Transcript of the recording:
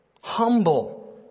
humble